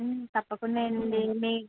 తప్పకుండా అండి మీ